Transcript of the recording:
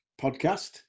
podcast